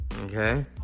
Okay